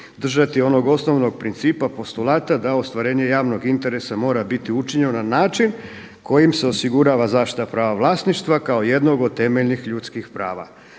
držati onog osnovnog principa postulata da ostvarenje javnog interesa mora biti učinjeno na način kojim se osigurava zaštita prava vlasništva kao jednog od temeljnih ljudskih prava.